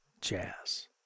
jazz